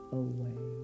away